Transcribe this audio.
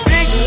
Big